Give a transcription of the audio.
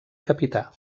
capità